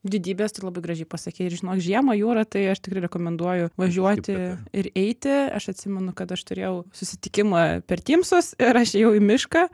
didybės tai labai gražiai pasakei ir žinok žiemą jūra tai aš tikrai rekomenduoju važiuoti ir eiti aš atsimenu kad aš turėjau susitikimą per tymsus ir aš ėjau į mišką